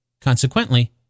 consequently